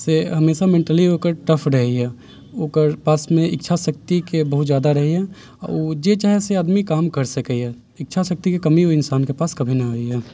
से हमेशा मेंटली ओकर टफ रहैए ओकर पासमे इच्छा शक्तिके बहुत ज्यादा रहैए आ ओ जे चाहे से आदमी काम कर सकैए इच्छा शक्तिके कमी ओहि इंसानके पास कभी ना होइए